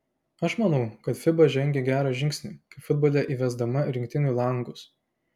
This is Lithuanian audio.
aš manau kad fiba žengė gerą žingsnį kaip futbole įvesdama rinktinių langus